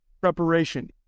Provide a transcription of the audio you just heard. preparation